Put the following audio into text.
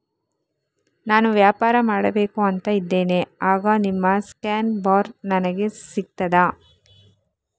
ನಾನು ವ್ಯಾಪಾರ ಮಾಡಬೇಕು ಅಂತ ಇದ್ದೇನೆ, ಆಗ ನಿಮ್ಮ ಸ್ಕ್ಯಾನ್ ಬಾರ್ ನನಗೆ ಸಿಗ್ತದಾ?